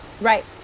Right